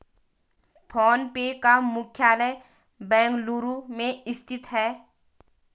phone पे का मुख्यालय बेंगलुरु में स्थित है